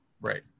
right